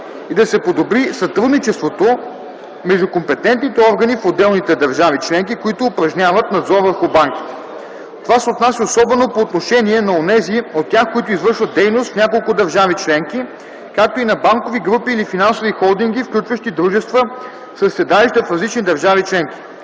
и да се подобри сътрудничеството между компетентните органи в отделните държави членки, които упражняват надзор върху банките. Това се отнася особено по отношение на онези от тях, които извършват дейност в няколко държави членки, както и на банкови групи или финансови холдинги, включващи дружества със седалища в различни държави членки.